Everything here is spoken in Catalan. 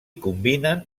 combinen